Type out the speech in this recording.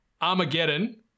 Armageddon